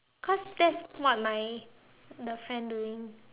cause that's what my the friend doing